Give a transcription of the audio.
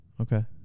Okay